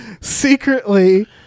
Secretly